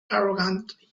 arrogantly